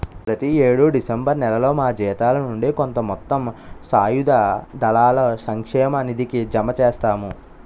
ప్రతి యేడు డిసెంబర్ నేలలో మా జీతాల నుండి కొంత మొత్తం సాయుధ దళాల సంక్షేమ నిధికి జమ చేస్తాము